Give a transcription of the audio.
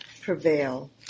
prevail